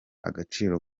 agaciro